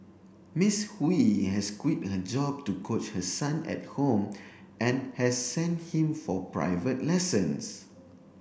Ms Hui has quit her job to coach her son at home and has sent him for private lessons